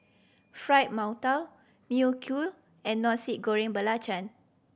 Fried Mantou Mui Kee and Nasi Goreng Belacan